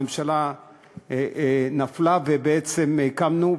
הממשלה נפלה ובעצם קמנו,